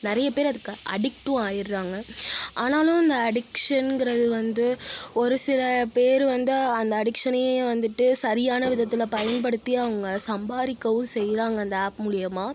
நிறைய பேர் அதுக்கு அடிக்ட்டும் ஆகிடுறாங்க ஆனாலும் அந்த அடிக்ஷன்ங்கிறது வந்து ஒரு சில பேர் வந்து அந்த அடிக்ஷனையே வந்துட்டு சரியான விதத்தில் பயன்படுத்தி அவங்க சம்பாதிக்கவும் செய்கிறாங்க அந்த ஆப் மூலிமா